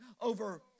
over